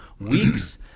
weeks